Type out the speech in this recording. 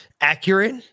accurate